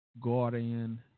guardian